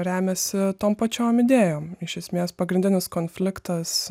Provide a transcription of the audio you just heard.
remiasi tom pačiom idėjom iš esmės pagrindinis konfliktas